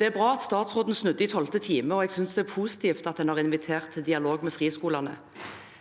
Det er bra at statsråden snudde i tolvte time, og jeg synes det er positivt at en har invitert til dialog med friskolene.